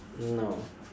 no